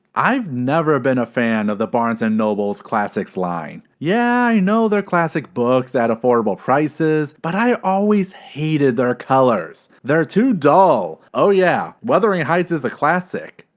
i've never been a fan of the barnes and noble's classics line. yeah, i know they're classic books at affordable prices, but i always hated their colors. they're too dull. oh yeah, wuthering heights is a classic,